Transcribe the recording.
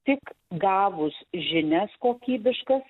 tik gavus žinias kokybiškas